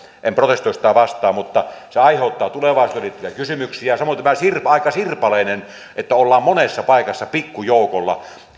en protestoi sitä vastaan mutta se aiheuttaa tulevaisuuteen liittyviä kysymyksiä samoiten on aika sirpaleista että ollaan monessa paikassa pikkujoukolla